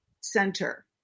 center